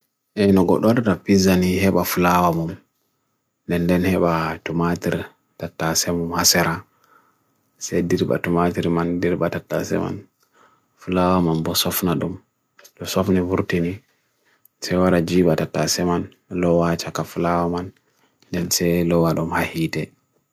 E nnogok doda da pizza nii heba flawamum nnden heba dumadir tatasemum hasera se didu ba dumadir man didu ba tatasemum flawamum bo sofna dum lo sofne burtini se waraji ba tatasemun loa chaka flawamun nnden se loa dum haheede